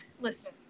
Listen